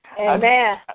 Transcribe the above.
Amen